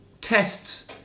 Tests